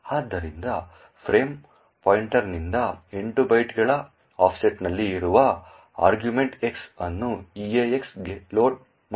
ಆದ್ದರಿಂದ ಫ್ರೇಮ್ ಪಾಯಿಂಟರ್ನಿಂದ 8 ಬೈಟ್ಗಳ ಆಫ್ಸೆಟ್ನಲ್ಲಿ ಇರುವ ಆರ್ಗ್ಯುಮೆಂಟ್ X ಅನ್ನು EAX ಗೆ ಲೋಡ್ ಮಾಡಲಾಗಿದೆ